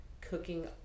cooking